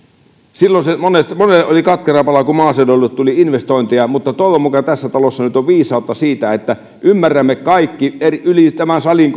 silloin se monelle oli katkera pala kun maaseudulle tuli investointeja mutta toivon mukaan nyt tässä talossa on viisautta että ymmärrämme kaikki yli koko tämän salin